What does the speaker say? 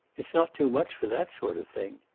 it's not too much for that sort of thing.